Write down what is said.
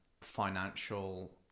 financial